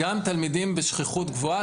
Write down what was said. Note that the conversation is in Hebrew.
תלמידים בשכיחות גבוהה,